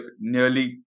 nearly